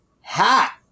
hat